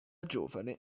giovane